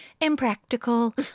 impractical